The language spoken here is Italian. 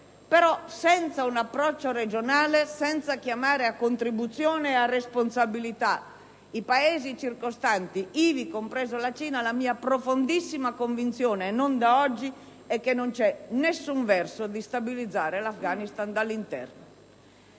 senza un approccio regionale e senza chiamare a contribuzione e a responsabilità i paesi circostanti, ivi compresa la Cina, la mia profondissima convinzione, e non da oggi, è che non ci sia alcun verso di stabilizzare l'Afghanistan dall'interno.